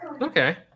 Okay